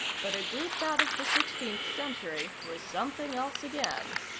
but a group out of the sixteenth century was something else again.